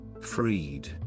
freed